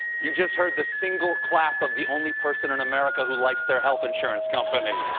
you just heard the single clap of the only person in america who likes their health insurance company.